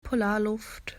polarluft